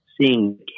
seeing